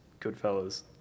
Goodfellas